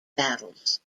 battles